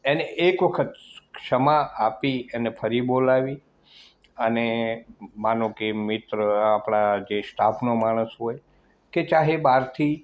એને એક વખત ક્ષમા આપી એને ફરી બોલાવી અને માનો કે મિત્ર આપણા જે સ્ટાફનો માણસ હોય કે ચાહે બહારથી